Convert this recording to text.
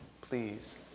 Please